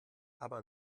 aber